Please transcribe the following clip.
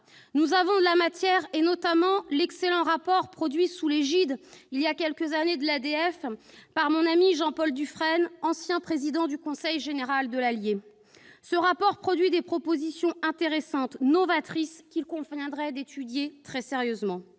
nous avons de la matière, notamment l'excellent rapport produit sous l'égide de l'Assemblée des départements de France, l'ADF, par mon ami Jean-Paul Dufrègne, ancien président du conseil général de l'Allier. Ce rapport contient des propositions intéressantes et novatrices qu'il conviendrait d'étudier très sérieusement.